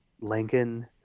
lincoln